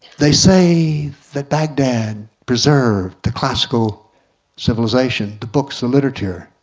they say that baghdad preserved the classical civilization, the books and literature.